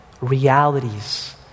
realities